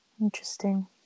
Interesting